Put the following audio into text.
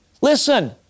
Listen